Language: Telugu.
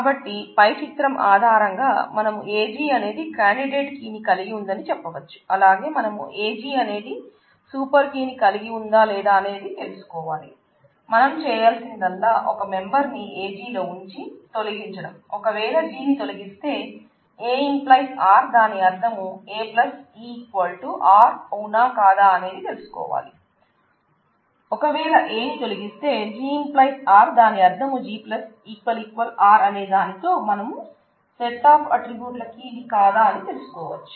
కాబట్టి పై చిత్రం ఆధారంగా మనం AG అనేది కాండిడేట్ కీ నా కాదా అని తెలుసుకోవచ్చు